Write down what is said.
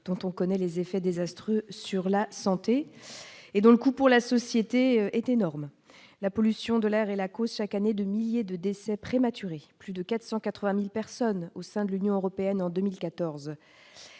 dont on connaît les effets désastreux sur la santé et dont le coût pour la société est énorme, la pollution de l'air et la cause chaque année de milliers de décès prématurés, plus de 480000 personnes au sein de l'Union européenne en 2014,